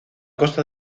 costa